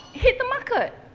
hit the market.